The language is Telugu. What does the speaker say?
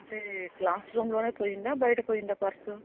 అయితే క్లాస్ రూమ్లోనే పోయిందా బయట పోయిందా పర్స్